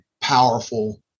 powerful